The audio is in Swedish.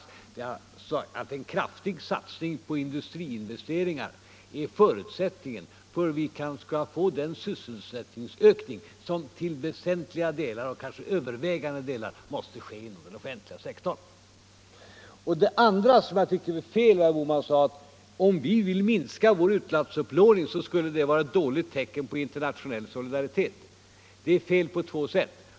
Jag sade att en kraftig satsning på industriinvesteringar är förutsättningen för att vi skall kunna få den sysselsättningsökning som till väsentliga och kanske övervägande delar måste ske inom den offentliga sektorn. Det andra som jag tyckte var fel var när herr Bohman sade, att om vi minskar vår utlandsupplåning skulle det vara ett dåligt tecken på internationell solidaritet. Det påståendet är fel på två sätt.